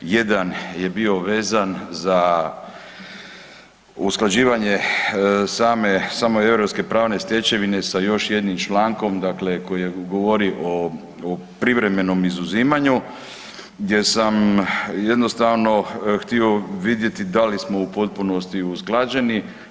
Jedan je bio vezan za usklađivanje same europske pravne stečevine sa još jednim člankom, dakle koji govori o privremenom izuzimanju gdje sam jednostavno htio vidjeti da li smo u potpunosti usklađeni.